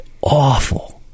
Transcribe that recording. awful